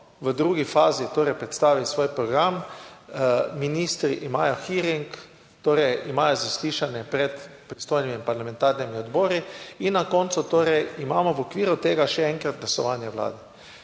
v drugi fazi torej predstaviti svoj program. Ministri imajo hearing, torej imajo zaslišanje pred pristojnimi parlamentarnimi odbori in na koncu torej imamo v okviru tega še enkrat glasovanje o vladi.